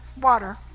water